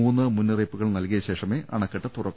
മൂന്ന് മുന്നറിയിപ്പു കൾ നൽകിയ ശേഷമേ അണക്കെട്ട് തുറക്കു